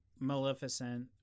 Maleficent